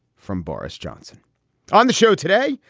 from boris johnson on the show today.